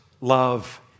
love